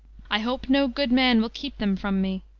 i hope no good man will keep them from me.